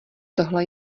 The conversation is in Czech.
tohle